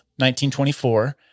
1924